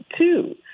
two